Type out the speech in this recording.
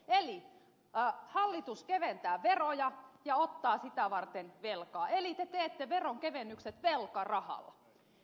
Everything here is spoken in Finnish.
eli hallitus keventää veroja ja ottaa sitä varten velkaa eli te teette veronkevennykset velkarahalla